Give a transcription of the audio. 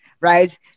right